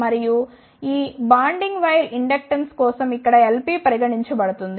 మరియు ఈ bonding wire inductance కోసం ఇక్కడ Lp పరిగణించబడుతుంది